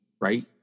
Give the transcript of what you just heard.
right